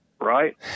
right